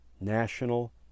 National